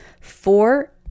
Four